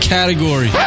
Category